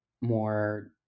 more